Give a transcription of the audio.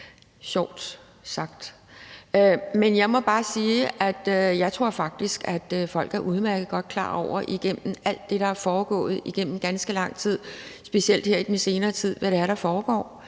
sjovt sagt. Men jeg må bare sige, at jeg faktisk tror, at folk efter alt det, der er foregået igennem ganske lang tid, specielt her i den senere tid, udmærket godt er